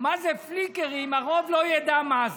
מה זה פליקרים, הרוב לא ידע מה זה.